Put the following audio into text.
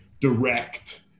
direct